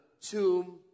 tomb